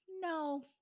no